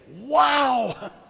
Wow